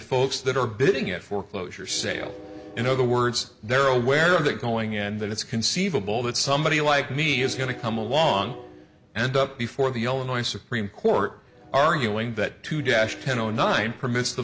folks that are bidding at foreclosure sale in other words they're aware of that going in that it's conceivable that somebody like me is going to come along and up before the illinois supreme court arguing that to dash ten o nine permits the